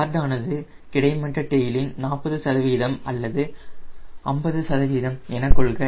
கார்டானது கிடைமட்ட டெயிலின் 40 சதவீதம் அல்லது 50 எனக் கொள்க